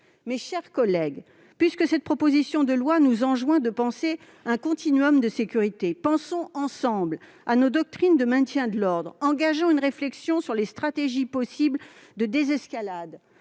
Mes chers collègues, puisque cette proposition de loi nous enjoint de penser un continuum de sécurité, pensons ensemble à nos doctrines de maintien de l'ordre et engageons une réflexion sur les stratégies possibles de désescalade.